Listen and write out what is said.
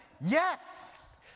yes